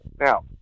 Now